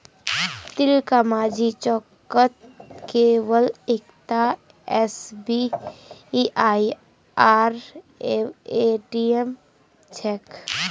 तिलकमाझी चौकत केवल एकता एसबीआईर ए.टी.एम छेक